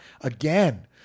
Again